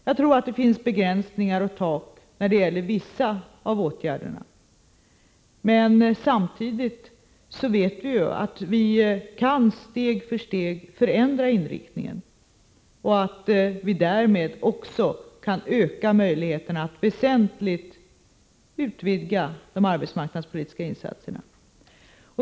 Jag tror att det finns begränsningar och tak när det gäller vissa av åtgärderna, men samtidigt vet vi att vi steg för steg kan förändra inriktningen och därmed öka möjligheterna att väsentligt utvidga de arbetsmarknadspolitiska insatserna.